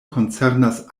koncernas